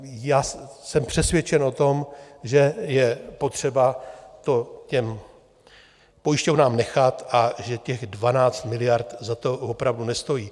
Já jsem přesvědčen o tom, že je potřeba to těm pojišťovnám nechat a že těch 12 miliard za to opravdu nestojí.